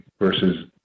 versus